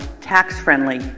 tax-friendly